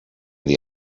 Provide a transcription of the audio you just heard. the